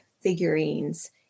figurines